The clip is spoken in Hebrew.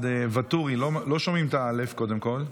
ואטורי, לא שומעים את האלף, קודם כול.